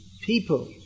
people